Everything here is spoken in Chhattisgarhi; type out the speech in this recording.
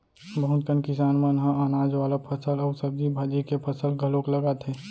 बहुत कन किसान मन ह अनाज वाला फसल अउ सब्जी भाजी के फसल घलोक लगाथे